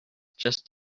just